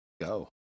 go